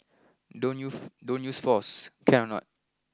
don't use don't use force can or not